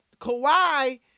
Kawhi